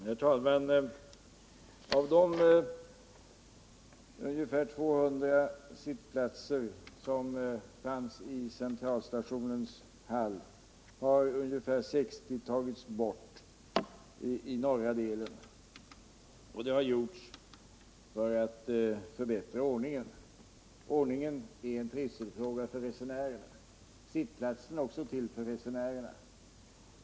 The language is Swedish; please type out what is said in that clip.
Herr talraan! Av de ungefär 200 sittplatser som fanns i Centralstationens hall har ungefär 60 tagits bort i norra delen. Och det har gjorts för att förbättra ordningen. Ordningen är en trivselfråga för resenärerna. Sittplatserna är också till för resenärerna.